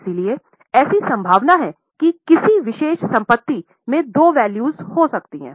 इसलिए ऐसी संभावना है कि किसी विशेष संपत्ति में दो वैलुस हो सकती हैं